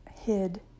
hid